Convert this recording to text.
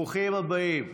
ברוכים הבאים.